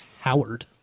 Howard